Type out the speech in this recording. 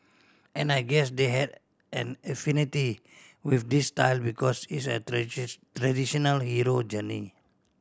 and I guess they had an affinity with this style because it's a traditional hero journey